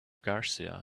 garcia